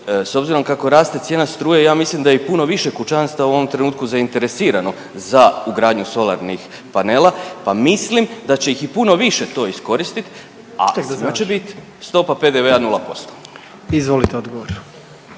s obzirom kako raste cijena struje ja mislim da je i puno više kućanstava u ovom trenutku zainteresirano za ugradnju solarnih panela, pa mislim da će ih i puno više to iskoristit, a svima će bit stopa PDV-a 0%. **Jandroković,